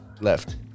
Left